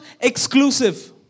exclusive